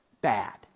bad